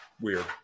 weird